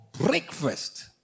breakfast